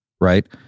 right